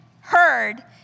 heard